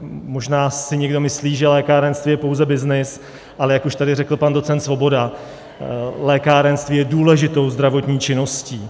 Možná si někdo myslí, že lékárenství je pouze byznys, ale jak už tady řekl pan docent Svoboda, lékárenství je důležitou zdravotní činností.